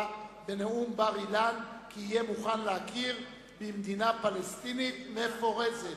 בנאום בר-אילן כי יהיה מוכן להכיר במדינה פלסטינית מפורזת.